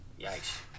yikes